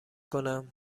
کنم